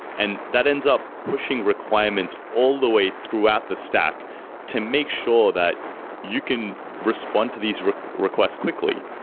and that ends up pushing requirements all the way throughout the stack to make sure that you can respond to these requests quickly.